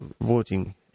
voting